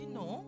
no